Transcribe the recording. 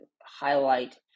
highlight